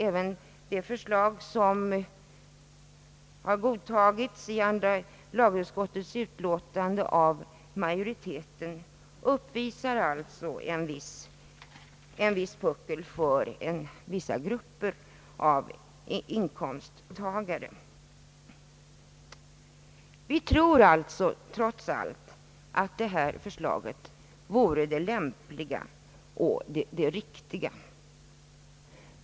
Även det förslag som har godtagits av majoriteten i andra lagutskottet uppvisar en puckel för vissa grupper av inkomsttagare. Vi tror trots allt att vårt förslag vore det lämpliga och riktiga.